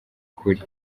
kuri